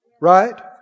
right